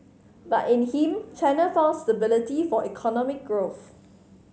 but in him China found stability for economic growth